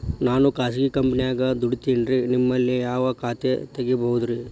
ನಾನು ಖಾಸಗಿ ಕಂಪನ್ಯಾಗ ದುಡಿತೇನ್ರಿ, ನಿಮ್ಮಲ್ಲಿ ಯಾವ ಖಾತೆ ತೆಗಿಬಹುದ್ರಿ?